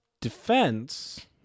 defense